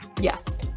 Yes